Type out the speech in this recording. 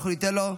אנחנו ניתן לו.